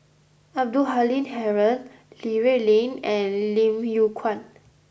Abdul Halim Haron Li Rulin and Lim Yew Kuan